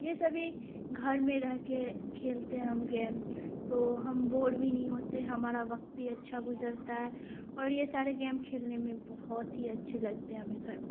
یہ سبھی گھر میں رہ کے کھیلتے ہیں ہم گیم تو ہم بور بھی نہیں ہوتے ہمارا وقت بھی اچھا گزرتا ہے اور یہ سارے گیم کھیلنے میں بہت ہی اچھے لگتے ہیں ہمیں گھر